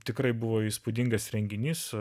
tikrai buvo įspūdingas renginys